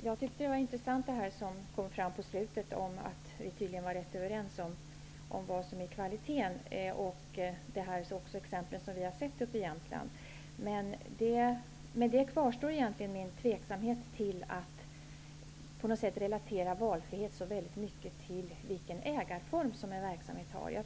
Herr talman! Jag tycker att det är intressant att vi tydligen är överens om vad som är kvalitet och även när det gäller exemplet vi har sett i Jämtland. Men min tveksamhet kvarstår till att relatera valfrihet så mycket till vilken ägarform en verksamhet har.